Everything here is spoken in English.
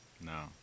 No